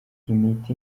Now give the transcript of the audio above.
imiti